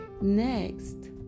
Next